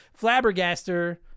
Flabbergaster